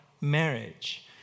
marriage